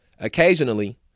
Occasionally